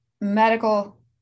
medical